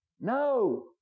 no